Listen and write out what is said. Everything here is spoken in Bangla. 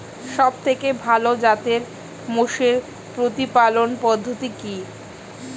সবথেকে ভালো জাতের মোষের প্রতিপালন পদ্ধতি কি?